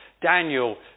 Daniel